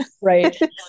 right